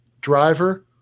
driver